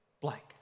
blank